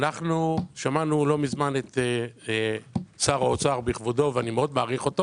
אנחנו שמענו לא מזמן את שר האוצר בכבודו ואני מאוד מעריך אותו